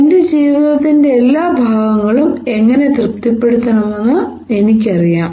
എന്റെ ജീവിതത്തിന്റെ എല്ലാ ഭാഗങ്ങളും എങ്ങനെ തൃപ്തിപ്പെടുത്താമെന്ന് എനിക്കറിയാം